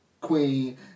Queen